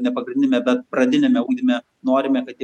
ne pagrindiniame bet pradiniame ugdyme norime kad jie